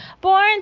Born